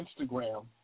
Instagram